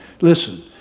Listen